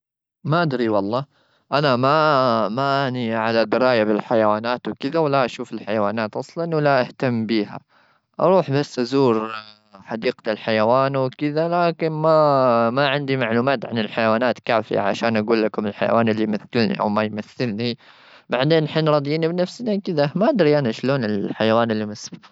ما أدري والله، أنا ما-ماني على دراية بالحيوانات وكذا، ولا أشوف الحيوانات أصلا ولا أهتم بيها. أروح بس أزور، حديقة الحيوان وكذا، لكن ما-ماعندي معلومات عن الحيوانات كافية عشان أقول لكم الحيوان اللي يمثلني أو ما يمثلني. بعدين، حنا راضيين بنفسنا كذا. ما أدري أنا شلون، الحيوان اللي أو أحس إني جريب منه. ما أدري، هكذا الموضوع.